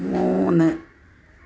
മൂന്ന്